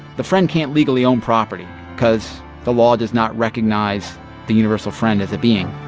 the friend can't legally own property because the law does not recognize the universal friend as a being